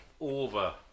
over